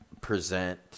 present